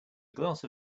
glass